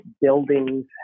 buildings